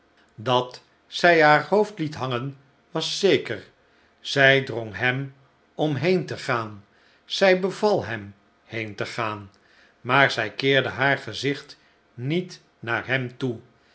dat zij haar hoofd liet hangen was zeker zij drong hem om heen tegaan zij bevalhem heen te gaan maar zij keerde haar gezicht niet naar hem toe